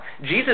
Jesus